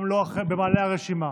גם לא במעלה הרשימה.